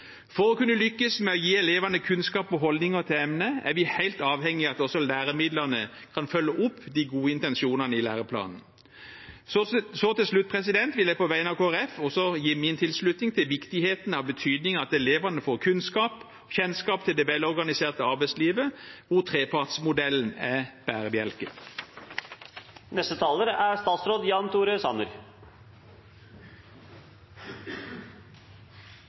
For å kunne lykkes med å gi elevene kunnskap om og holdninger til emnet er vi helt avhengige av at også læremidlene kan følge opp de gode intensjonene i læreplanen. Til slutt vil jeg på vegne av Kristelig Folkeparti gi min tilslutning til viktigheten av at elevene får kunnskap om og kjennskap til det velorganiserte arbeidslivet, der trepartsmodellen er bærebjelken. Klima- og miljøproblemene er